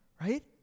right